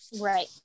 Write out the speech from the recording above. Right